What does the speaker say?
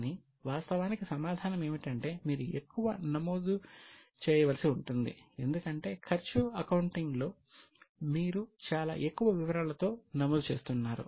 కానీ వాస్తవానికి సమాధానం ఏమిటంటే మీరు ఎక్కువ నమోదు చేయవలసి ఉంటుంది ఎందుకంటే ఖర్చు అకౌంటింగ్లో మీరు చాలా ఎక్కువ వివరాలతో నమోదు చేస్తున్నారు